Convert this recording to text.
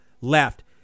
left